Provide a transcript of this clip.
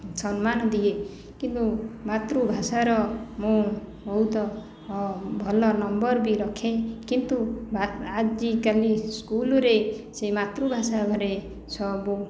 ସମ୍ମାନ ଦିଏ କିନ୍ତୁ ମାତୃଭାଷାର ମୁଁ ବହୁତ ଭଲ ନମ୍ବର ବି ରଖେ କିନ୍ତୁ ଆଜି କାଲି ସ୍କୁଲରେ ସେ ମାତୃଭାଷା ଘରେ ସବୁ